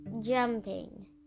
jumping